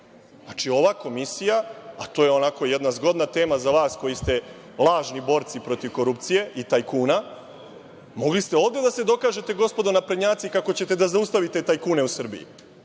Znači, ova Komisija, a to je ovako jedna zgodna tema za vas koji ste lažni borci protiv korupcije i tajkuna, mogli ste ovde da se dokažete gospodo naprednjaci kako ćete da zaustavite tajkune u Srbiji. Ova